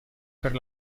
per